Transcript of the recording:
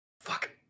Fuck